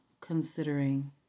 considering